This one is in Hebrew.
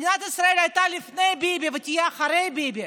מדינת ישראל הייתה לפני ביבי ותהיה אחרי ביבי.